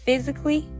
Physically